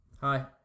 Hi